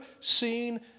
seen